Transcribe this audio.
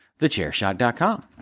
thechairshot.com